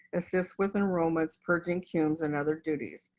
assist with enrollments, purging cum's and other duties.